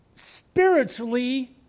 Spiritually